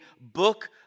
book